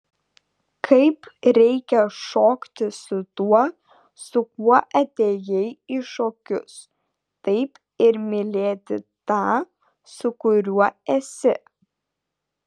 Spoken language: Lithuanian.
kaip reikia šokti su tuo su kuo atėjai į šokius taip ir mylėti tą su kuriuo esi